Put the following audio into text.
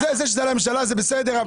כשזה על הממשלה זה בסדר,